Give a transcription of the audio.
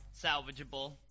salvageable